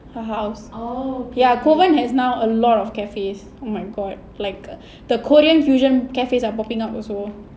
her house ya kovan has now a lot of cafes oh my god like the korean fusion cafes are popping out also